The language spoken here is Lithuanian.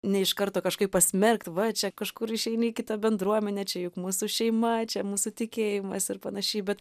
ne iš karto kažkaip pasmerkt va čia kažkur išeini į kitą bendruomenę čia juk mūsų šeima čia mūsų tikėjimas ir panašiai bet